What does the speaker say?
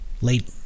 late